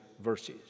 verses